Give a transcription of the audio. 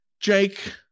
Jake